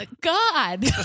God